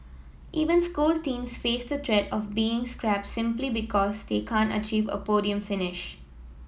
even school teams face the threat of being scrapped simply because they can't achieve a podium finish